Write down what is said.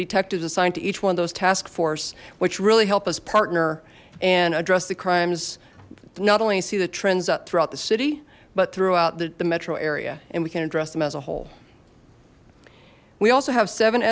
detectives assigned to each one of those task force which really helped us partner and address the crimes not only see the trends up throughout the city but throughout the metro area and we can address them as a whole we also have seven